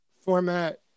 format